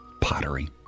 pottery